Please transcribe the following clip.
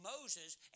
Moses